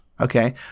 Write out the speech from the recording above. okay